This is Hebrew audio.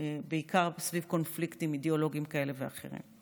בעיקר סביב קונפליקטים אידיאולוגיים כאלה ואחרים.